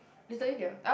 recently their